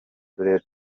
turere